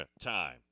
time